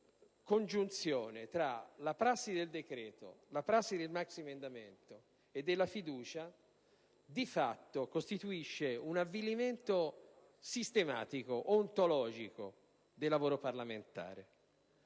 congiunzione tra la prassi del decreto-legge, del maxiemendamento e della fiducia di fatto costituisce un avvilimento sistematico ed ontologico del lavoro parlamentare.